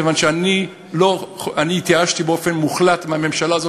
כיוון שאני התייאשתי באופן מוחלט מהממשלה הזאת,